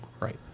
right